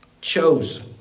chosen